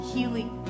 healing